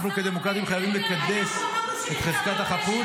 אנחנו, כדמוקרטים, חייבים לקדש את חזקת החפות.